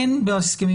אין בהסכמים